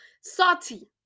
Salty